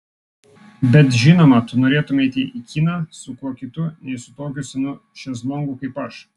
bet žinoma tu norėtumei eiti į kiną su kuo kitu nei su tokiu senu šezlongu kaip aš